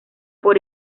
por